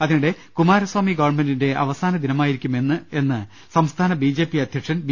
അതിനിടെ കുമാരസ്ഥാമി ഗവൺമെന്റിന്റെ അവസാന ദിനമാ യിരിക്കും ഇന്ന് എന്ന് സംസ്ഥാന ബി ജെ പി അധ്യക്ഷൻ ബി